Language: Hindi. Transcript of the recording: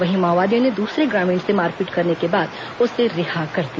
वहीं माओवादियों ने दूसरे ग्रामीण से मारपीट करने के बाद उसे रिहा कर दिया